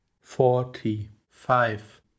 forty-five